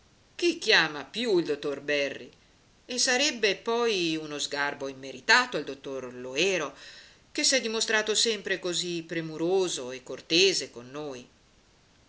chi chiama più il dottor berri e sarebbe poi uno sgarbo immeritato al dottor loero che s'è dimostrato sempre così premuroso e cortese con noi